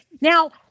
Now